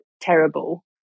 terrible